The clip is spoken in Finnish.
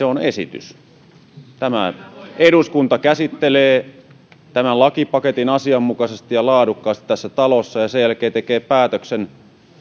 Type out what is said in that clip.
on esitys eduskunta käsittelee tämän lakipaketin asianmukaisesti ja laadukkaasti tässä talossa ja sen jälkeen tekee päätöksen